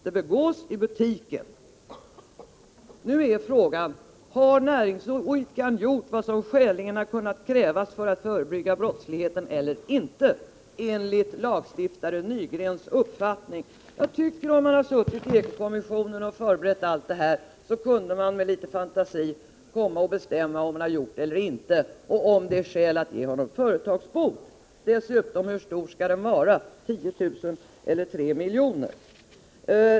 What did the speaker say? Det begås i butiken. Nu är frågan: Har näringsidkaren gjort vad som skäligen har kunnat krävas för att förebygga brottsligheten eller inte enligt lagstiftare Nygrens uppfattning? Om man har suttit i ekokommissionen och förberett allt det här, så kunde man med litet fantasi kunnat bestämma om han har gjort det eller inte och om det finns skäl att ge honom företagsbot. Dessutom: Hur stor skall boten vara — 10 000 eller 3 miljoner?